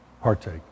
partake